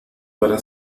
para